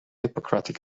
hippocratic